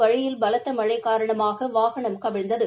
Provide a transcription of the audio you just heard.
வழியில் பலத்த காரணமாக வாகனம் கவிழ்ந்தது